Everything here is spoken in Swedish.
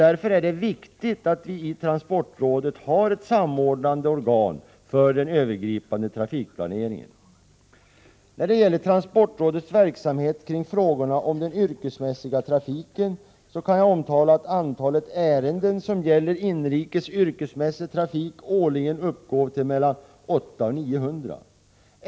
Därför är det viktigt att vi i transportrådet har ett samordnande organ för den övergripande trafikplaneringen. När det gäller transportrådets verksamhet kring frågorna om den yrkesmässiga trafiken kan jag omtala att antalet ärenden som gäller inrikes yrkesmässig trafik årligen uppgår till mellan 800 och 900.